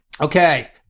Okay